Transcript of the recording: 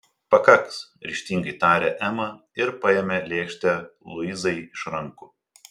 pakaks ryžtingai tarė ema ir paėmė lėkštę luizai iš rankų